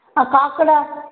ಆ ಕಾಕಡಾ